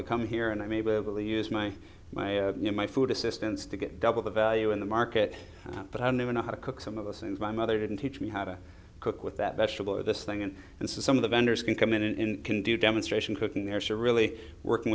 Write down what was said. to come here and i may be able to use my my food assistance to get double the value in the market but i don't even know how to cook some of us and my mother didn't teach me how to cook with that vegetable or this thing and this is some of the vendors can come in and can do demonstration cooking there are really working